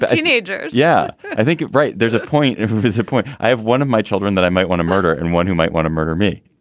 but teenagers. yeah, i think you're right. there's a point. if if it's a point, i have one of my children that i might want to murder and one who might want to murder me.